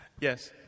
Yes